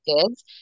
kids